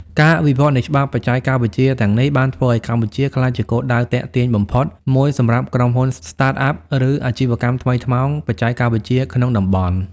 ការវិវត្តនៃច្បាប់បច្ចេកវិទ្យាទាំងនេះបានធ្វើឱ្យកម្ពុជាក្លាយជាគោលដៅទាក់ទាញបំផុតមួយសម្រាប់ក្រុមហ៊ុន Startup ឬ អាជីវកម្មថ្មីថ្មោង បច្ចេកវិទ្យាក្នុងតំបន់។